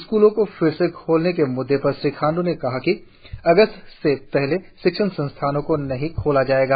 स्कूलों को फिर से खोलने के मुद्दे पर श्री खांडू ने कहा कि अगस्त से पहले शिक्षण संस्थानों को नहीं खोला जाएगा